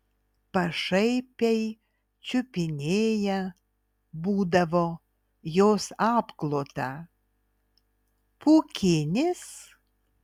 pašaipiai čiupinėja būdavo jos apklotą pūkinis